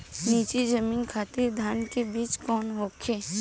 नीची जमीन खातिर धान के बीज कौन होखे?